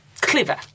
clever